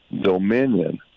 dominion